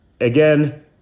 again